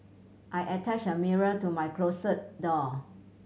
I attached a mirror to my closet door